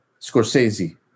Scorsese